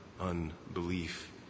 unbelief